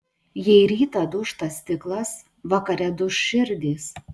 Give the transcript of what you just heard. jei rytą dūžta stiklas vakare duš širdys